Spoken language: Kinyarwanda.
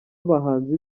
abahanzi